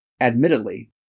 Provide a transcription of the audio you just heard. Admittedly